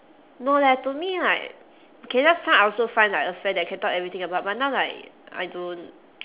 no leh to me like okay last time I also find like a friend that can talk everything about but now like I don't